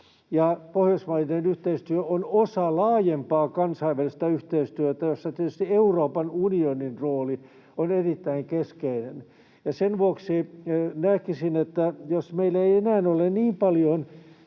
Pohjoismainen yhteistyö on osa laajempaa kansainvälistä yhteistyötä, jossa tietysti Euroopan unionin rooli on erittäin keskeinen. Sen vuoksi näkisin, että jos meillä ei enää ole niin paljon